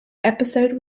episode